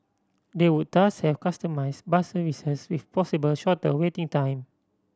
they would thus have customised bus services with possible shorter waiting time